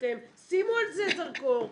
שימו על זה זרקור,